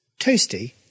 Toasty